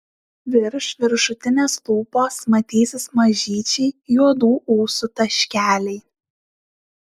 virš viršutinės lūpos matysis mažyčiai juodų ūsų taškeliai